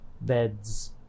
Beds